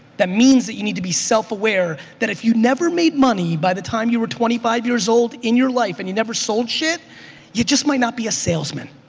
that means that you need to be self-aware that if you never made money by the time you were twenty five years old in your life and you never sold shit you just might not be a salesman.